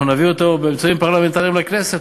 אנחנו נביא אותו באמצעים פרלמנטריים לכנסת,